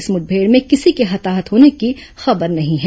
इस मुठभेड़ में किसी के हताहत होने की खबर नहीं है